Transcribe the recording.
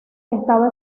estaba